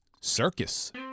Circus